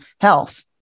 health